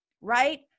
right